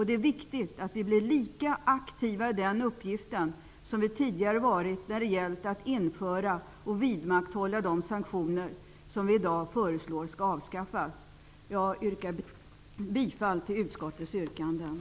Det är viktigt att vi blir lika aktiva i den uppgiften som vi tidigare varit när det gällt att införa och vidmakthålla de sanktioner som vi i dag föreslår skall avskaffas. Jag yrkar bifall till utskottets hemställan.